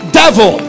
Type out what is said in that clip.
devil